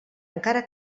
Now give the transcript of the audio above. encara